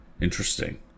Interesting